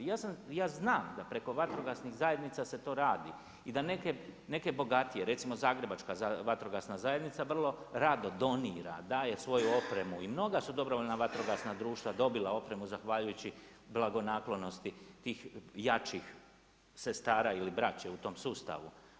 Ja znam da preko vatrogasnih zajednica se to radi i da neke bogatije, recimo Zagrebačka vatrogasna zajednica vrlo rado donira, daje svoju opremu i mnoga su dobrovoljna vatrogasna društva dobila opremu zahvaljujući blagonaklonosti tih jačih sestara ili braće u tom sustavu.